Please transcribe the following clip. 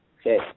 okay